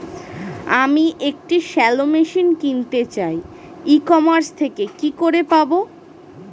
আমি একটি shallow machine কিনতে চাই ই কমার্স থেকে কি করে পাবো?